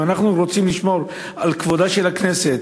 אם אנחנו רוצים לשמור על כבודה של הכנסת